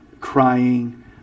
crying